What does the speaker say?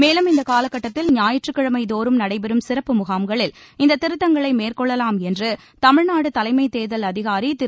மேலும் இந்த காலகட்டத்தில் ஞாயிற்றுக்கிழமை தோறும் நடைபெறும் சிறப்பு முகாம்களில் இந்த திருத்தங்களை மேற்கொள்ளலாம் என்று தமிழ்நாடு தலைமைத் தேர்தல் அதிகாரி திரு